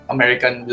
American